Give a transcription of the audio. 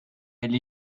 elle